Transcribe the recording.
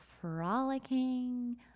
frolicking